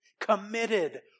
Committed